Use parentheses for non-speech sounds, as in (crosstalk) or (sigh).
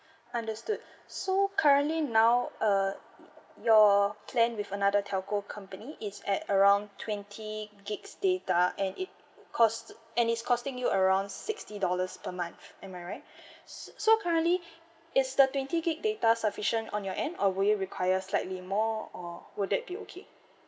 (breath) understood so currently now uh your plan with another telco company is at around twenty gigabytes data and it cost and it's costing you around sixty dollars per month am I right (breath) so currently it's the twenty gigabytes data sufficient on your end or would you require slightly more or would that be okay